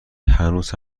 هنوز